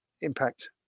impact